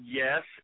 yes